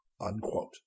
unquote